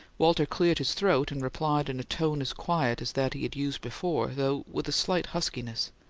walter cleared his throat, and replied in a tone as quiet as that he had used before, though with a slight huskiness,